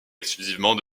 exclusivement